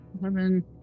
eleven